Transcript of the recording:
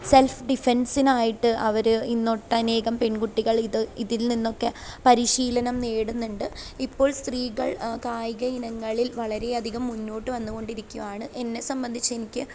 self ഡിഫൻസിന് ആയിട്ട് അവർ ഇന്ന് ഒട്ടനേകം പെൺകുട്ടികൾ ഇത് ഇതിൽ നിന്നൊക്കെ പരിശീലനം നേടുന്നുണ്ട് ഇപ്പോൾ സ്ത്രീകൾ കായിക ഇനങ്ങളിൽ വളരെ അധികം മുന്നോട്ട് വന്ന് കൊണ്ടിരിക്കുകയാണ് എന്നെ സംബന്ധിച്ച് എനിക്ക്